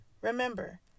Remember